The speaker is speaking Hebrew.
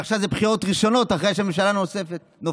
ועכשיו זה בחירות ראשונות אחרי שהממשלה נופלת.